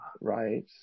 right